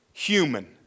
Human